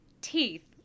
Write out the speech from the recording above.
teeth